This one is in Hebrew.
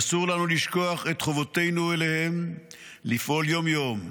אסור לנו לשכוח את חובותינו אליהם לפעול יום-יום,